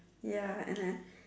ya and then